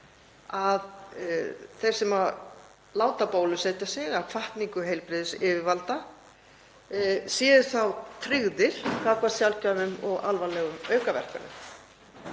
að þeir sem láta bólusetja sig að hvatningu heilbrigðisyfirvalda séu þá tryggðir gagnvart sjaldgæfum og alvarlegum aukaverkunum.